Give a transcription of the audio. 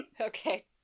Okay